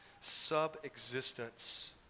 sub-existence